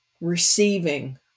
receiving